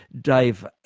dave,